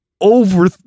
over